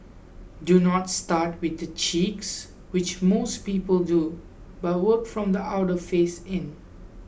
do not start with the cheeks which most people do but work from the outer face in